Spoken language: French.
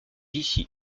ici